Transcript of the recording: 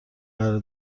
قرار